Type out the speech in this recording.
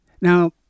Now